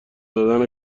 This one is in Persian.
دادن